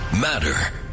matter